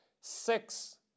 six